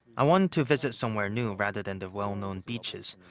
i wanted to visit somewhere new, rather than the well-known beaches.